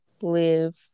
live